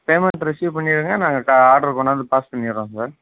payment receive பண்ணிடுங்கள் நாங்கள் கா ஆட்ரு கொண்டாந்து பாஸ் பண்ணிடுறோம் சார்